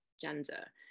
gender